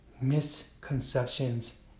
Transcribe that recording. Misconceptions